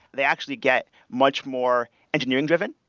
they actually get much more engineering-driven.